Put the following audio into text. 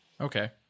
Okay